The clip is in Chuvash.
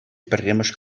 пӗрремӗш